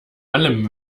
allem